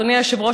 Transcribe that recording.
אדוני היושב-ראש,